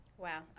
Wow